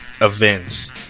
events